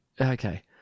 Okay